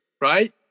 right